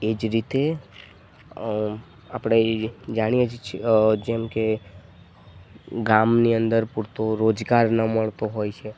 એ જ રીતે આપણે જાણીએ જ છે જેમ કે ગામની અંદર પુરતો રોજગાર ન મળતો હોય છે